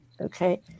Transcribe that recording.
Okay